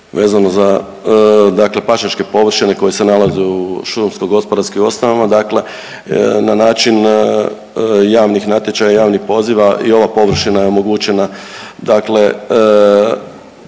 Vezano za dakle pašnjačke površine koje se nalaze u šumsko gospodarski ostavama dakle na način javnih natječaja i javnih pozva i ova površina je omogućena dakle